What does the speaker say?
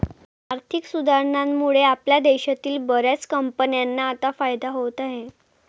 आर्थिक सुधारणांमुळे आपल्या देशातील बर्याच कंपन्यांना आता फायदा होत आहे